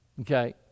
okay